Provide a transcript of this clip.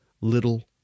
little